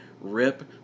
Rip